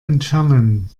entfernen